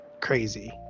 crazy